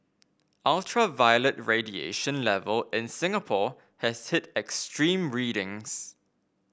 ultraviolet radiation level in Singapore has hit extreme readings